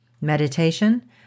Meditation